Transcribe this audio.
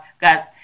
got